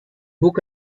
book